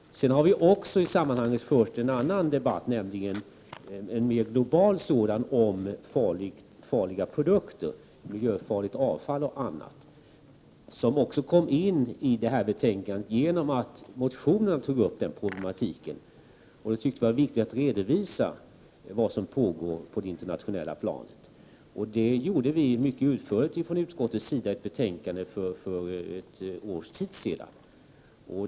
Sedan har vi i sammanhanget fört en annan debatt, nämligen om den mer globala frågan om miljöfarliga produkter — miljöfarligt avfall och annat. Den frågan kom att tas upp i detta betänkande på grund av att den behandlas i en motion. Utskottet ansåg då att det var viktigt att redovisa vad som pågår på det internationella planet. Det gjorde utskottet mycket utförligt i ett betänkande för ett år sedan.